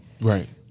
Right